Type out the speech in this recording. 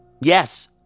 Yes